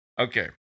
Okay